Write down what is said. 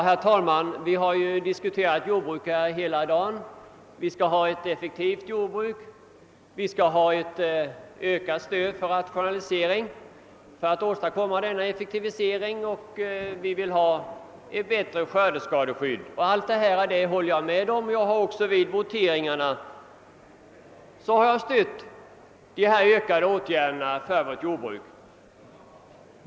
Herr talman! Vi har diskuterat jordbruk hela dagen. Det har sagts att vi skall ha ett effektivt jordbruk, att vi skall ge ökat stöd till försök och forskning för att åstadkomma den önskade effektiviseringen och att vi vill ha ett bättre skördeskadeskydd. Allt detta håller jag med om, och vid voteringarna har jag stött förslagen om ökade insatser för vårt jordbruk.